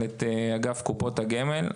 מנהלת אגף קופות הגמל.